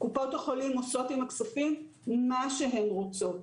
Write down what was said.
קופות החולים עושות עם הכספים מה שהן רוצות.